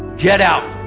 get out.